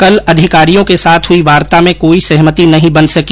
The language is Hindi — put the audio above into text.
कल अधिकारियों के साथ हुई वार्ता में कोई सहमति नहीं बन सकी